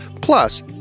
Plus